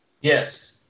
yes